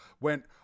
went